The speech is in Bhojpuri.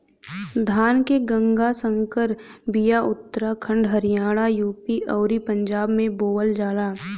धान के गंगा संकर बिया उत्तराखंड हरियाणा, यू.पी अउरी पंजाब में बोअल जाला